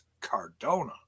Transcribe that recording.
Cardona